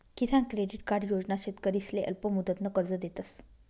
किसान credit card योजना शेतकरीसले अल्पमुदतनं कर्ज देतस